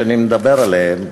שאני מדבר עליהם,